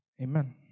Amen